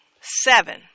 seven